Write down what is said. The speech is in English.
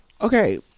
Okay